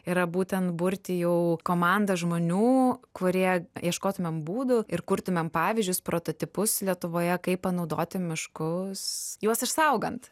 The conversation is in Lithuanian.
yra būtent burti jau komandą žmonių kurie ieškotumėm būdų ir kurtumėm pavyzdžius prototipus lietuvoje kaip panaudoti miškus juos išsaugant